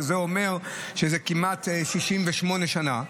שזה אומר שזה כמעט 68 שנה,